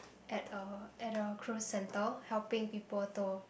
at a at a cruise center helping people to